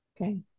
Okay